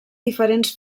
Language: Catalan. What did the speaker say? diferents